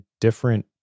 different